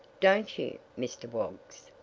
don't you, mr. woggs?